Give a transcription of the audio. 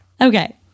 Okay